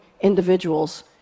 individuals